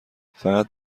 فقط